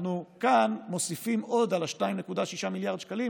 אנחנו מוסיפים כאן עוד על 2.6 מיליארד השקלים